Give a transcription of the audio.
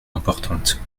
importante